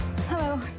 Hello